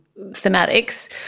thematics